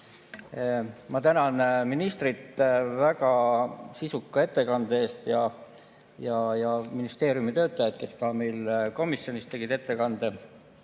Ma tänan ministrit väga sisuka ettekande eest ja ministeeriumi töötajaid, kes ka meil komisjonis tegid ettekande.